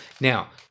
now